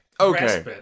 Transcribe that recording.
Okay